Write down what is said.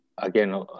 again